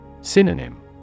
Synonym